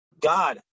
God